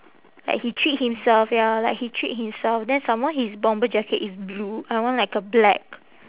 like he treat himself ya like he treat himself then some more his bomber jacket is blue I want like a black